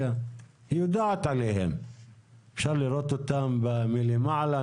אפשר לראות אותם מלמעלה,